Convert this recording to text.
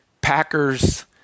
Packers